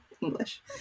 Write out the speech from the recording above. English